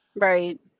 Right